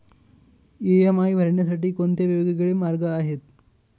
EMI भरण्यासाठी कोणते वेगवेगळे मार्ग आहेत?